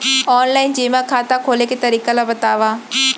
Online जेमा खाता खोले के तरीका ल बतावव?